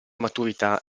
maturità